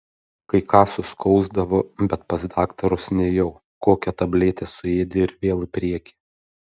kai ką suskausdavo bet pas daktarus nėjau kokią tabletę suėdi ir vėl į priekį